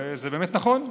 וזה באמת נכון.